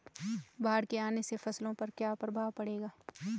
बाढ़ के आने से फसलों पर क्या प्रभाव पड़ेगा?